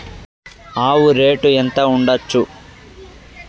ఆవు రేటు ఎంత ఉండచ్చు?